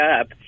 up